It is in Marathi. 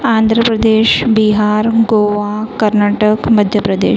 आंध्रप्रदेश बिहार गोवा कर्नाटक मध्यप्रदेश